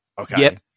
Okay